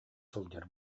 сылдьар